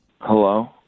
Hello